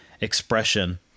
Expression